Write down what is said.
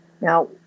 Now